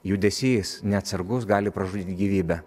judesys neatsargus gali pražudyti gyvybę